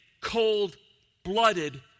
cold-blooded